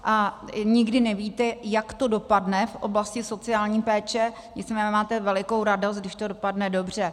A nikdy nevíte, jak to dopadne v oblasti sociální péče, nicméně máte velikou radost, když to dopadne dobře.